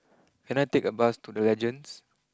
can I take a bus to the Legends